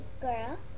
girl